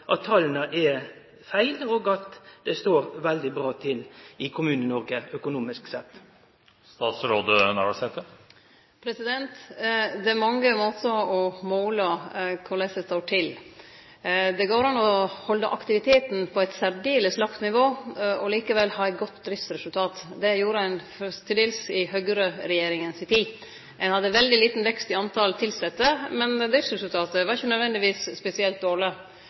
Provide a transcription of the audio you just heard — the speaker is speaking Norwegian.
er feil, og at det står veldig bra til i Kommune-Noreg økonomisk sett? Det er mange måtar å måle korleis det står til på. Det går an å halde aktiviteten på eit særdeles lågt nivå og likevel ha eit godt driftsresultat. Det gjorde ein til dels i Høgre-regjeringa si tid. Ein hadde veldig liten vekst i talet på tilsette, men driftsresultatet var ikkje nødvendigvis spesielt dårleg.